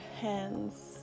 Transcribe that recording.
hands